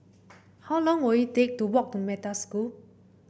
how long will it take to walk to Metta School